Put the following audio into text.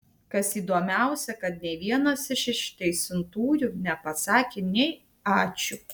kas įdomiausią kad nei vienas iš išteisintųjų nepasakė nei ačiū